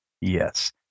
Yes